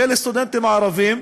של סטודנטים ערבים,